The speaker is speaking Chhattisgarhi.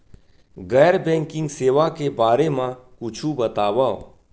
गैर बैंकिंग सेवा के बारे म कुछु बतावव?